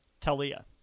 Talia